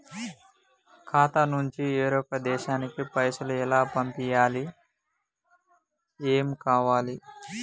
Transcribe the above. ఖాతా నుంచి వేరొక దేశానికి పైసలు ఎలా పంపియ్యాలి? ఏమేం కావాలి?